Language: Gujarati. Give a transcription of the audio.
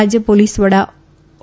રાજ્ય પોલીસ વડા ઓ